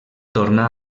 tornà